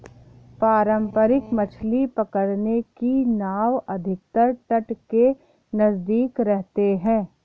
पारंपरिक मछली पकड़ने की नाव अधिकतर तट के नजदीक रहते हैं